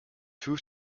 two